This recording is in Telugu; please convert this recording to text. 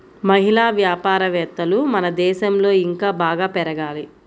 మహిళా వ్యాపారవేత్తలు మన దేశంలో ఇంకా బాగా పెరగాలి